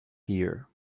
here